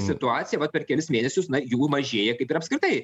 situacija vat per kelis mėnesius na jų mažėja kaip ir apskritai